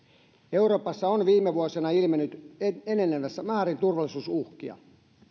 euroopassa on viime vuosina ilmennyt enenevässä määrin turvallisuusuhkia